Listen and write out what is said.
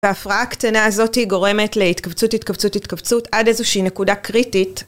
והפרעה הקטנה הזאת היא גורמת להתכווצות, התכווצות, התכווצות עד איזושהי נקודה קריטית.